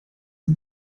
dem